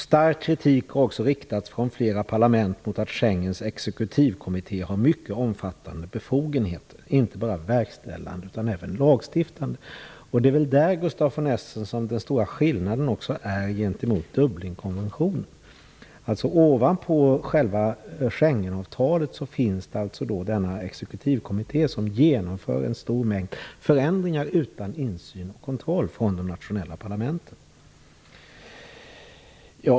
Stark kritik har också riktats från flera parlament mot att Schengens exekutivkommitté har mycket omfattande befogenheter, inte bara verkställande utan även lagstiftande befogenheter. Det är väl detta, Gustaf von Essen, som också är den stora skillnaden gentemot Dublinkonventionen. Utöver själva Schengenavtalet finns alltså denna exekutivkommitté som genomför en stor mängd förändringar utan insyn och kontroll från de nationella parlamenten.